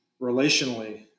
relationally